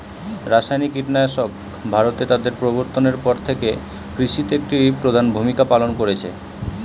রাসায়নিক কীটনাশক ভারতে তাদের প্রবর্তনের পর থেকে কৃষিতে একটি প্রধান ভূমিকা পালন করেছে